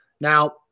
Now